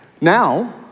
Now